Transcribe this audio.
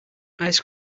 ice